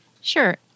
Sure